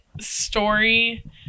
story